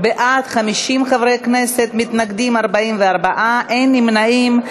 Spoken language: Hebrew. בעד, 50 חברי כנסת, מתנגדים, 44, אין נמנעים.